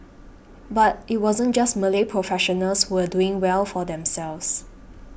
but it wasn't just Malay professionals who were doing well for themselves